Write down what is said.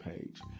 page